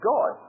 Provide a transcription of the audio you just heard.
God